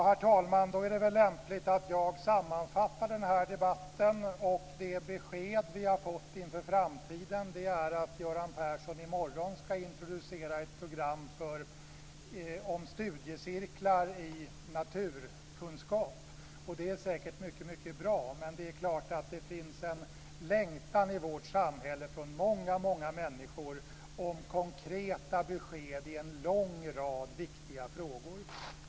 Herr talman! Då är det väl lämpligt att jag sammanfattar den här debatten. Det besked som vi har fått inför framtiden är att Göran Persson i morgon ska introducera ett program om studiecirklar i naturkunskap. Det är säkert mycket bra, men det är klart att det finns en längtan hos många människor i vårt samhälle efter konkreta besked i en lång rad viktiga frågor.